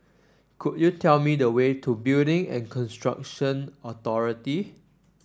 could you tell me the way to Building and Construction Authority